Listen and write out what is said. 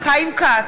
חיים כץ,